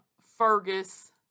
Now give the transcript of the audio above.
Fergus